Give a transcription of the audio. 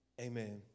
Amen